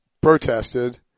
protested